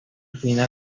final